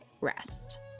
rest